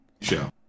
show